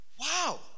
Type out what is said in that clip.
Wow